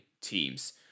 teams